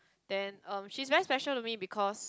then um she's very special to me because